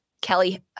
Kelly